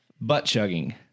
butt-chugging